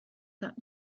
that